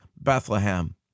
Bethlehem